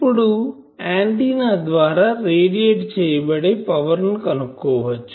ఇప్పుడు ఆంటిన్నా ద్వారా రేడియేట్ చేయబడే పవర్ ని కనుక్కోవచ్చు